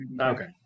Okay